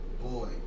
Boy